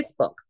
Facebook